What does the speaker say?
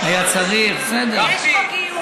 יש חוק גיוס?